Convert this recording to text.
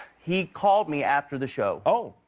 he called me after the show. oh.